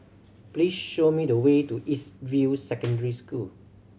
please show me the way to East View Secondary School